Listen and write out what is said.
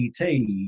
et